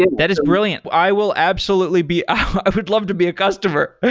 that is brilliant. i will absolutely be i would love to be a customer.